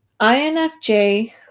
INFJ